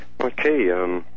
Okay